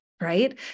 right